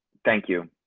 thank you,